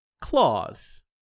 Claws